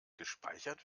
gespeichert